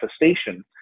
manifestation